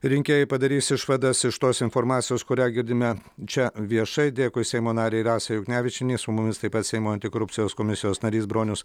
rinkėjai padarys išvadas iš tos informacijos kurią girdime čia viešai dėkui seimo narei rasai juknevičienei su mumis taip pat seimo antikorupcijos komisijos narys bronius